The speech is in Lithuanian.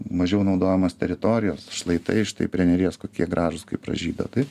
mažiau naudojamos teritorijos šlaitai štai prie neries kokie gražūs kaip pražydo taip